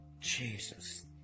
Jesus